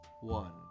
One